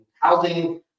housing